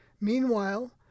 Meanwhile